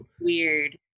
weird